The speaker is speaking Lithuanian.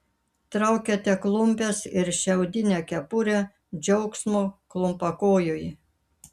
traukiate klumpes ir šiaudinę kepurę džiaugsmo klumpakojui